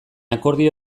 akordio